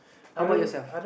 how about yourself